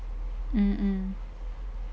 mm mm